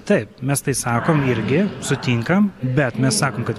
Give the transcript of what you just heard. taip mes tai sakom irgi sutinkam bet mes sakom kad